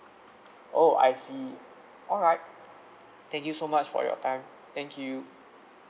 oh I see alright thank you so much for your time thank you